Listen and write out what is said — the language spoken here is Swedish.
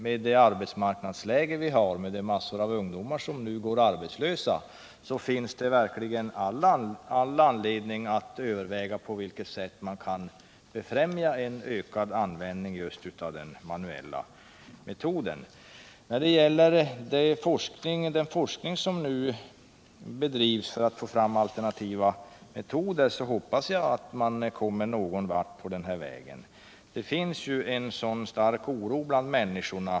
Med det arbetsmarknadsläge vi har — massor av ungdomar går arbetslösa — finns det verkligen all anledning att överväga på vilket sätt man kan främja en ökad användning av den manuella metoden. När det gäller den forskning som nu bedrivs för att få fram alternativa metoder vill jag säga att jag hoppas att man kommer någon vart på den vägen. Det finns en stark oro bland människorna.